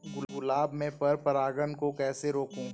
गुलाब में पर परागन को कैसे रोकुं?